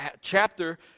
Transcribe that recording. chapter